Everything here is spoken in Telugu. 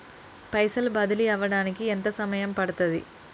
పైసలు బదిలీ అవడానికి ఎంత సమయం పడుతది?